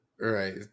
Right